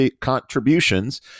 contributions